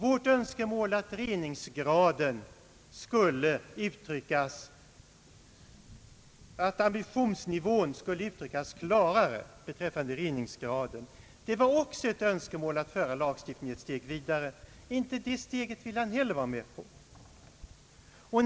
Vårt önskemål att ambitionsnivån skulle uttryckas klarare beträffande reningsgraden när det gäller avloppsvatten är också ett försök att föra lagstiftningen ett steg vidare. Inte heller det steget vill herr Karlsson vara med om.